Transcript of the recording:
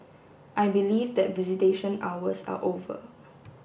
I believe that visitation hours are over